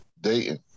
Dayton